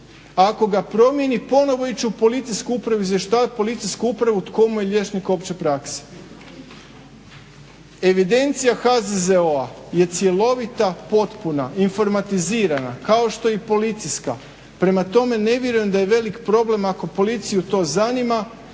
ako ga promijeni ponovno ići u policijsku upravu, izvještavati policijsku upravu tko mu je liječnik opće prakse. Evidencija HZZO-a je cjelovita, potpuna, informatizirana kao što je i policijska, prema tome ne vjerujem da je velik problem ako policiju to zanima